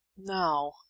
Now